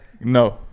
No